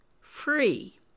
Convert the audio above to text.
free